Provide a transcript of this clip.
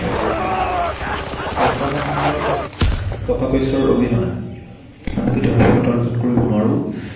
আৰু বৰ্তমান সময়ত টকা পইচাৰ অবিহনে আমি কেতিয়াও সফলতা অৰ্জন কৰিব নোৱাৰোঁ